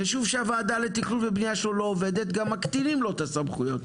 יישוב שהוועדה לתכנון ובנייה שלו לא עובדת גם מקטינים לו את הסמכויות.